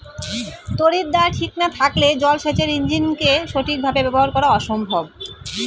তড়িৎদ্বার ঠিক না থাকলে জল সেচের ইণ্জিনকে সঠিক ভাবে ব্যবহার করা অসম্ভব